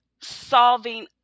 solving